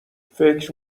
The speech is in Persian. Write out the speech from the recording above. فکر